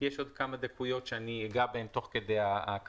יש עוד כמה דקויות שאני אגע בהן תוך כדי ההקראה.